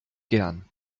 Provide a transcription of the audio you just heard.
gern